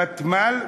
ותמ"ל.